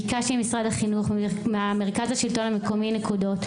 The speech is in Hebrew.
ביקשתי ממשרד החינוך וממרכז שלטון מקומי נקודות.